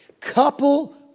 Couple